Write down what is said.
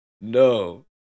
No